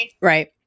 right